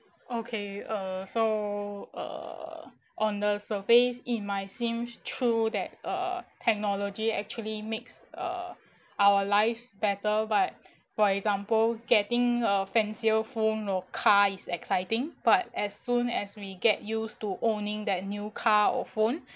okay uh so uh on the surface it might seem true that uh technology actually mix uh our lives better but for example getting a fancier phone or car is exciting but as soon as we get used to owning that new car or phone